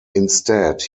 instead